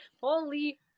holy